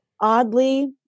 oddly